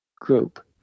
group